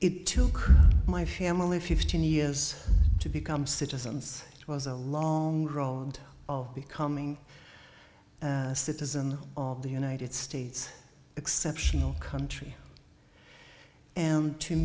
it took my family fifteen years to become citizens it was a long road of becoming a citizen of the united states exceptional country